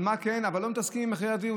אבל לא מתעסקים במחירי הדיור.